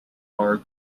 park